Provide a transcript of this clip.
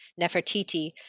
Nefertiti